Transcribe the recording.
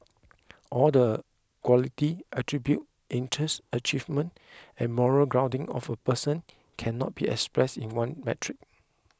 all the qualities attributes interests achievements and moral grounding of a person cannot be expressed in one metric